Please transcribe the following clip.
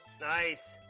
Nice